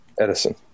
Edison